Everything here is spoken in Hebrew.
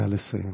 נא לסיים.